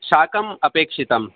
शाकम् अपेक्षितं